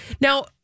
now